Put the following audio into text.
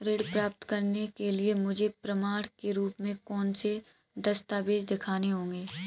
ऋण प्राप्त करने के लिए मुझे प्रमाण के रूप में कौन से दस्तावेज़ दिखाने होंगे?